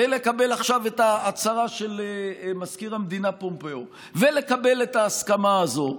ולקבל עכשיו את ההצהרה של מזכיר המדינה פומפאו ולקבל את ההסכמה הזאת.